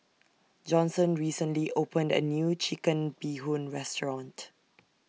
Johnson recently opened A New Chicken Bee Hoon Restaurant